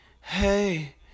hey